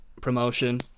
promotion